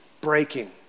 breaking